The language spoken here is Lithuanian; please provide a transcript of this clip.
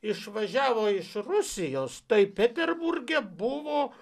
išvažiavo iš rusijos tai peterburge buvo